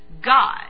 God